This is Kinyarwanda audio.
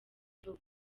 vuba